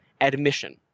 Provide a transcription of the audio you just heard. admission